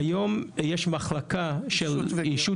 כיום יש מחלקה של אישות